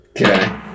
Okay